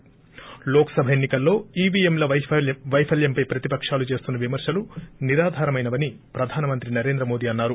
ి లోక్సభ ఎన్సి కల్లో ఈవీఎంల వైఫల్యంపై ప్రతిపకాలు చేస్తున్న విమర్శలు నిరాదారణమైనవని ప్రధానమంత్రి నరేంద్ర మోదీ అన్నారు